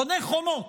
בונה חומות.